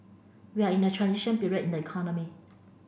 we are in a transition period in the economy